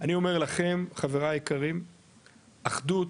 אני אומר לכם, חבריי היקרים, אחדות